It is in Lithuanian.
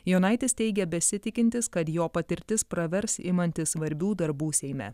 jonaitis teigė besitikintis kad jo patirtis pravers imantis svarbių darbų seime